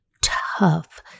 tough